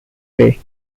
way